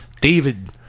David